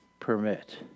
permit